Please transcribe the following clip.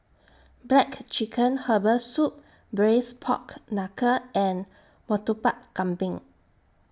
Black Chicken Herbal Soup Braised Pork Knuckle and Murtabak Kambing